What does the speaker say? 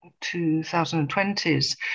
2020s